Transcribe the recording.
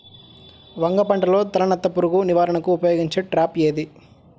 వంగ పంటలో తలనత్త పురుగు నివారణకు ఉపయోగించే ట్రాప్ ఏది?